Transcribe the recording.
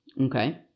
Okay